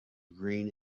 green